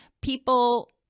people